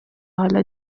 حالا